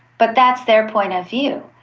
but that's their point of view,